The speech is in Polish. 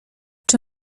czy